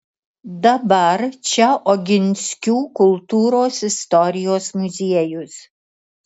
dabar čia oginskių kultūros istorijos muziejus